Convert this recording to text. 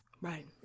right